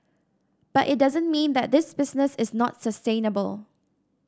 but it doesn't mean that this business is not sustainable